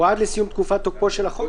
או עד לסיום תקופת תוקפו של החוק,